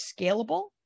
scalable